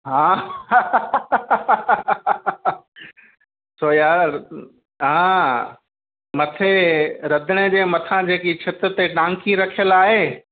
हा छो यार हा मथे रंधिणे जे मथां जेकी छिति ते टांकी रखियल आहे